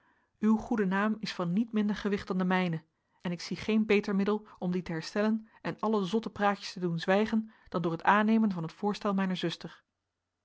uw goede naam is van niet minder gewicht dan de mijne en ik zie geen beter middel om dien te herstellen en alle zotte praatjes te doen zwijgen dan door het aannemen van het voorstel mijner zuster